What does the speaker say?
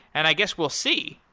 and i guess we'll see.